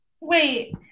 Wait